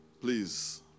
Please